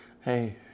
Hey